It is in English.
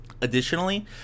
Additionally